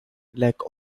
like